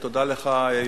ותודה לך,